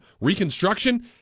reconstruction